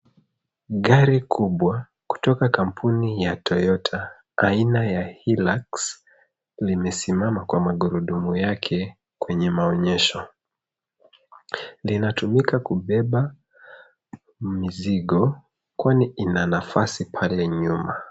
Gari kubwa kutoka kampuni ya Toyota, aina ya Hilux, limesimama kwa magurudumu yake kwenye maonyesho. Linatumika kubeba mizigo, kwani ina nafasi pale nyuma.